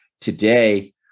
today